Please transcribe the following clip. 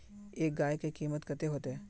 एक गाय के कीमत कते होते?